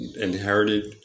inherited